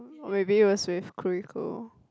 or maybe it was with Curico